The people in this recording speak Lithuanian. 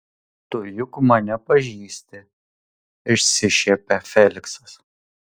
tu juk mane pažįsti išsišiepia feliksas